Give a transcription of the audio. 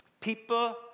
People